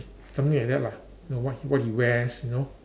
something like that lah you know what what he wears you know